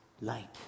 light